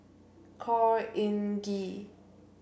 Khor Ean Ghee